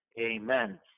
Amen